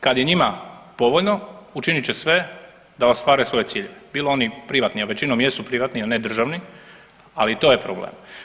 Kad je njima povoljno učinit će sve da ostvare svoje ciljeve bilo oni privatni, a većinom jesu privatni a ne državni, ali i to je problem.